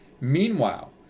Meanwhile